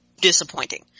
disappointing